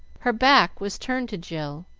her back was turned to jill,